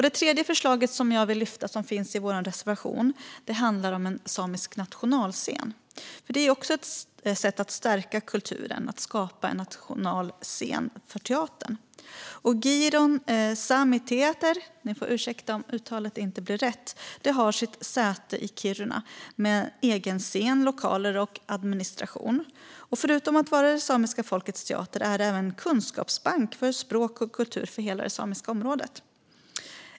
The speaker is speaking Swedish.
Det tredje förslaget i vår reservation som jag vill lyfta fram handlar om en samisk nationalscen, för att skapa en nationalscen för teater är också ett sätt att stärka den samiska kulturen. Giron Sámi Teáhter - ni får ursäkta om uttalet inte blev rätt - har sitt säte i Kiruna med egen scen, egna lokaler och egen administration. Förutom att vara det samiska folkets teater är den även en kunskapsbank för språk och kultur för hela det samiska området.